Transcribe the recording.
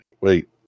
Wait